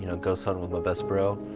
you know ghost hunting with my best bro,